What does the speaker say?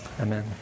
Amen